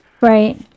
Right